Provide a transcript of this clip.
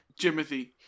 Jimothy